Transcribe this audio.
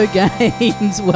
games